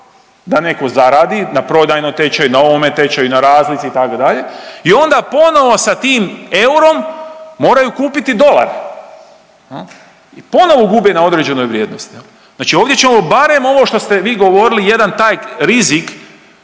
da netko zaradi na prodajnom tečaju, na ovome tečaju, na razlici, itd., i onda ponovo sa tim eurom moraju kupiti dolare, ponovo gubi na određenoj vrijednosti. Znači ovdje ćemo barem ovo što ste vi govorili, jedan taj rizik